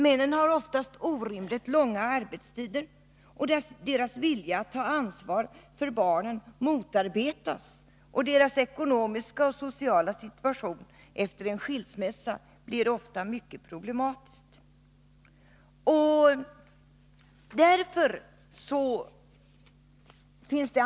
De har oftast orimligt långa arbetstider, deras vilja att ta ansvar för barnen motarbetas, och deras ekonomiska och sociala situation efter en skilsmässa blir ofta mycket problematisk.